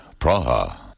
Praha